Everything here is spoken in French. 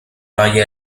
mariée